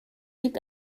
liegt